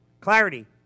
Clarity